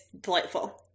Delightful